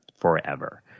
forever